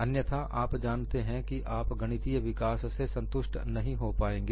अन्यथा आप जानते हैं कि आप गणितीय विकास से संतुष्ट नहीं हो पाएंगे